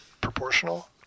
proportional